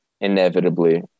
inevitably